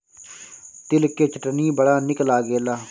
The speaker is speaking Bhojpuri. तिल के चटनी बड़ा निक लागेला